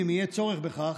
אם יהיה צורך בכך,